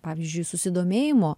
pavyzdžiui susidomėjimo